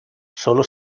sólo